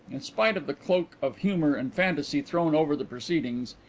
in spite of the cloak of humour and fantasy thrown over the proceedings,